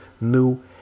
new